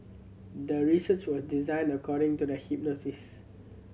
the research was designed according to the hypothesis